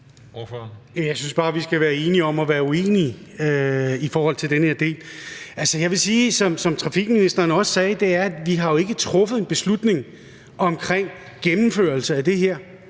Jeg synes bare, at vi her skal være enige om at være uenige. Jeg vil sige, som transportministeren også sagde, at vi ikke har truffet en beslutning om gennemførelse af det her.